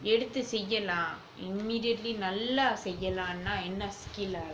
எடுத்து செய்யலாம்:eduthu seiyalam immediately நல்லா செய்யலானா என்ன:nallaa seiyalanaa enna skill ah